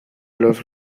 los